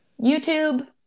YouTube